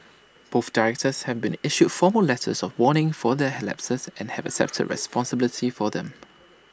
both directors have been issued formal letters of warning for their lapses and have accepted responsibility for them